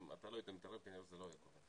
אם אתה לא היית מתערב העניין הזה לא היה קורה,